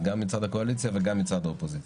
גם מצד הקואליציה וגם מצד האופוזיציה.